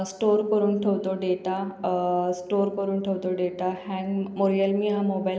store करून ठेवतो data store करून ठेवतो डेटा हॅंग मो रिअलमी हा मोबाईल